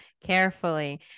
carefully